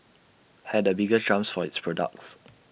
had the biggest jumps for its products